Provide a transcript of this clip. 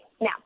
Now